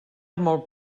molt